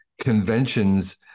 conventions